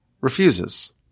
refuses